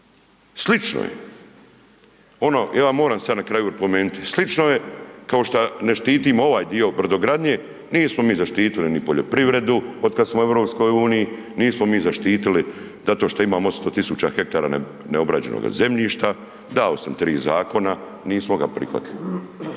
Slično je. Ono, ja moram sad na kraju napomenuti, slično je kao šta ne štitimo ovaj dio brodogradnje, nismo mi zaštitili ni poljoprivredu otkad smo u EU, nismo mi zaštitili zato što imamo 800 000 hektara neobrađenoga zemljišta, dao sam 3 zakona, nismo ga prihvatili.